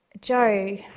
Joe